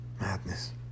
Madness